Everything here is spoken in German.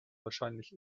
wahrscheinlich